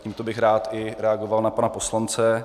A tímto bych rád i reagoval na pana poslance.